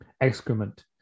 excrement